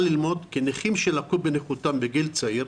ללמוד כי נכים שלקו בנכותם בגיל צעיר,